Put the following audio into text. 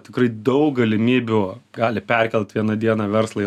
tikrai daug galimybių gali perkelt vieną dieną verslą į